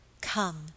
Come